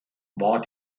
war